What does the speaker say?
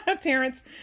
Terrence